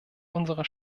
unserer